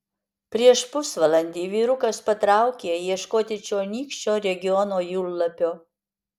prieš pusvalandį vyrukas patraukė ieškoti čionykščio regiono jūrlapio